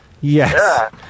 Yes